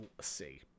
see